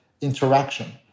interaction